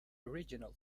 original